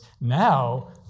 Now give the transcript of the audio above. now